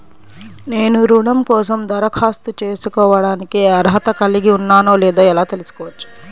నేను రుణం కోసం దరఖాస్తు చేసుకోవడానికి అర్హత కలిగి ఉన్నానో లేదో ఎలా తెలుసుకోవచ్చు?